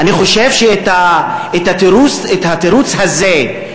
אני חושב שהתירוץ הזה,